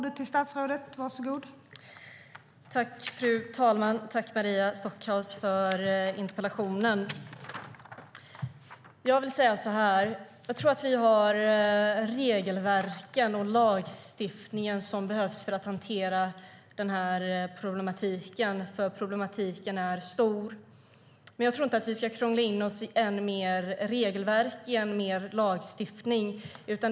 Fru talman! Jag tackar Maria Stockhaus för interpellationen. Jag tror att vi har de regelverk och den lagstiftning som behövs för att hantera den här problematiken, som är stor. Jag tror inte att vi ska krångla in oss i än mer regelverk och lagstiftning.